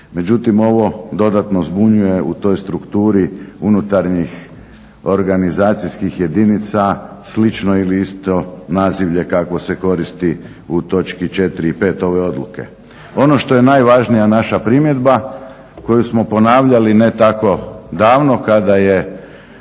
Međutim, ovo dodatno zbunjuje u toj strukturi unutarnjih organizacijskih jedinica slično ili isto nazivlje kakvo se koristi u točki 4. i 5. ove odluke. Ono što je najvažnija naša primjedba, koju smo ponavljali ne tako davno, kada je